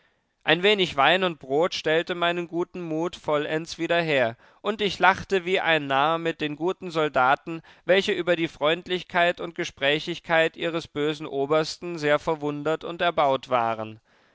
ein wenig wein und brot stellte meinen guten mut vollends wieder her und ich lachte wie ein narr mit den guten soldaten welche über die freundlichkeit und gesprächigkeit ihres bösen obersten sehr verwundert und erbaut waren